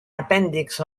apèndixs